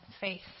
faith